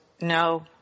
no